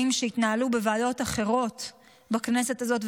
שהתנהלו בוועדות אחרות בכנסת הזאת,